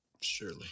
Surely